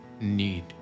need